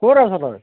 ক'ত আছ তই